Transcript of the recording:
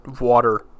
water